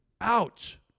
Ouch